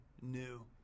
new